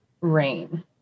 rain